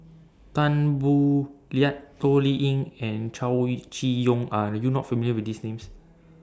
Tan Boo Liat Toh Liying and Chow E Chee Yong Are YOU not familiar with These Names